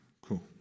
Cool